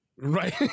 Right